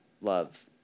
love